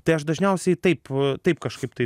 tai aš dažniausiai taip taip kažkaip tai